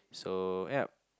so yup